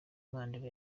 mandela